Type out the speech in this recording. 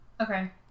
Okay